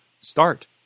Start